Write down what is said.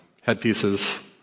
headpieces